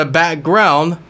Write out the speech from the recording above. background